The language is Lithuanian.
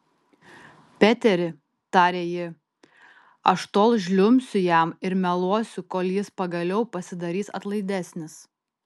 peteri tarė ji aš tol žliumbsiu jam ir meluosiu kol jis pagaliau pasidarys atlaidesnis